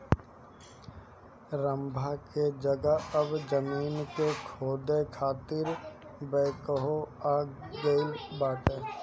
रम्भा की जगह अब जमीन के खोदे खातिर बैकहो आ गईल बाटे